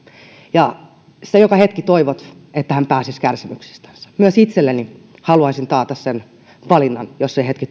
ja joka hetki toivot että hän pääsisi kärsimyksistänsä myös itselleni haluaisin taata sen valinnan jos se hetki